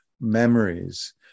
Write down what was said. memories